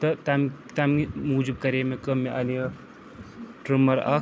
تہٕ تَمہِ تَمہِ موٗجوٗب کَرے مےٚ کٲم مےٚ اَنے اَکھ ٹِرٛمَر اَکھ